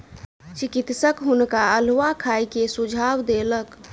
चिकित्सक हुनका अउलुआ खाय के सुझाव देलक